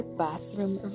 bathroom